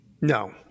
No